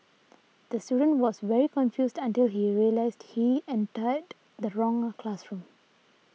the student was very confused until he realised he entered the wrong classroom